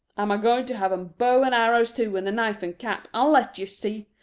i'm a-going to have them bow and arrows too, and the knife and cap, i'll let you see!